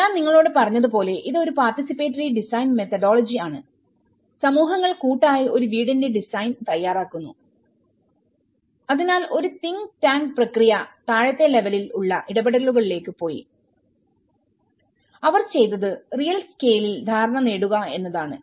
ഞാൻ നിങ്ങളോട് പറഞ്ഞത് പോലെ ഇത് ഒരു പാർട്ടിസിപ്പേറ്ററി ഡിസൈൻ മെത്തോഡോളജി ആണ് സമൂഹങ്ങൾ കൂട്ടായി ഒരു വീടിന്റെ ഡിസൈൻ തയ്യാറാക്കുന്നു അതിനാൽ ഒരു തിങ്ക് ടാങ്ക് പ്രക്രിയ താഴത്തെ ലെവലിൽ ഉള്ള ഇടപെടലുകളിലേക്ക് പോയി അവർ ചെയ്തത് റിയൽ സ്കെയിൽ ധാരണ നേടുക എന്നതാണ്